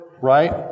Right